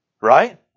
right